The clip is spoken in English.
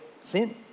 sin